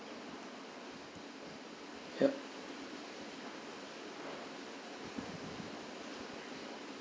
yup